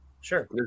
Sure